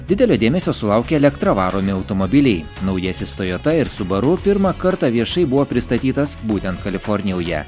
didelio dėmesio sulaukė elektra varomi automobiliai naujasis tojota ir subaru pirmą kartą viešai buvo pristatytas būtent kalifornijoje